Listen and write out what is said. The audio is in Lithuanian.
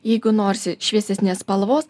jeigu norisi šviesesnės spalvos